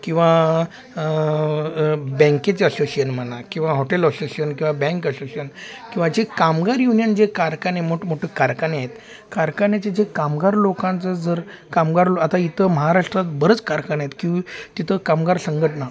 किंवा बँकेचे असोशियन म्हणा किंवा हॉटेल असोशियन किंवा बँक असोशियन किंवा जे कामगार युनियन जे कारखाने मोठमोठे कारखाने आहेत कारखान्याचे जे कामगार लोकांचं जर कामगार लो आता इथं महाराष्ट्रात बरंच कारखाने आहेत किंवा तिथं कामगार संघटना